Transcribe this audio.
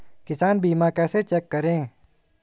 किसान बीमा कैसे चेक करें?